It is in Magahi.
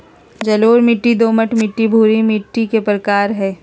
जलोढ़ मिट्टी, दोमट मिट्टी, भूरी मिट्टी मिट्टी के प्रकार हय